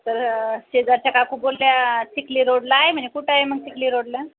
तर शेजारच्या काकू बोलल्या चिखली रोडला आहे म्हणे कुठं आहे मग चिखली रोडला